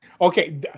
Okay